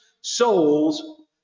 souls